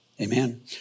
Amen